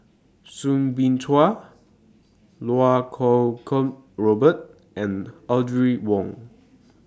Soo Bin Chua Iau Kuo Kwong Robert and Audrey Wong